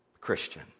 Christian